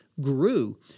grew